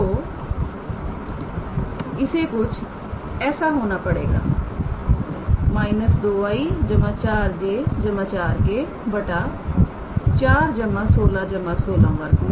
तो इसे कुछ ऐसा होना पड़ेगा −2𝑖̂4𝑗̂4𝑘̂ √41616 −2𝑖̂4𝑗̂4𝑘̂ 6